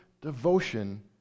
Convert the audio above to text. devotion